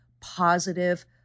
positive